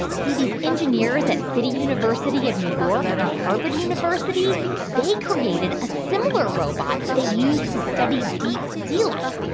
see, these engineers at city university of new york and harvard university they created a similar robot they used to study deep sea life.